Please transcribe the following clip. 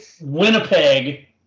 Winnipeg